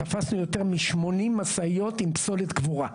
תפסנו יותר מ-80 משאיות עם פסולת קבורה.